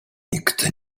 nikt